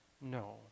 No